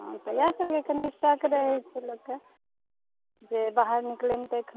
हँ तऽ इएह सभ लऽकऽ कनि शक रहैत छै लोककेँ जे बाहर निकलैमे तऽ एखन